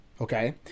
okay